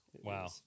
Wow